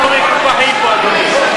למה אנחנו מקופחים פה, אדוני?